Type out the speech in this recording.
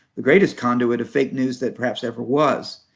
the greatest conduit of fake news that perhaps ever was.